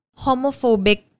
homophobic